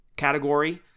category